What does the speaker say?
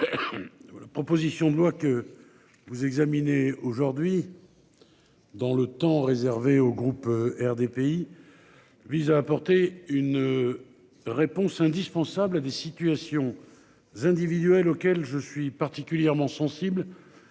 La proposition de loi que vous examinez aujourd'hui. Dans le temps réservé au groupe RDPI. Vise à apporter une. Réponse indispensable à des situations. Individuelles auxquelles je suis particulièrement sensible.